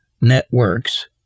networks